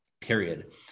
period